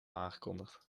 aangekondigd